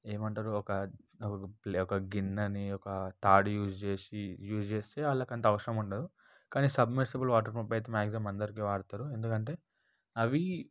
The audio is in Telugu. ఏమంటారు ఒక ప్లే ఒక గిన్నెని ఒక తాడు యూస్ చేసి యూస్ చేస్తే వాళ్ళకి అంత అవసరం ఉండదు కానీ సబ్మిర్సబుల్ వాటర్ పంపైతే మాక్సిమం అందరికి వాడుతారు ఎందుకంటే అవి